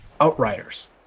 outriders